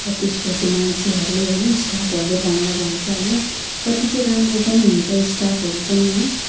अफिसको त्यो मान्छेहरूले स्टाफहरूले भनेर भन्छ होइन कति चाहिँ राम्रो पनि हुन्छ स्टाफहरू पनि है